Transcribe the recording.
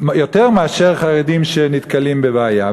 יותר מאשר חרדים נתקלים בבעיה.